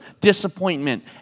disappointment